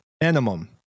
minimum